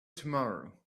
tomorrow